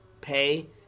pay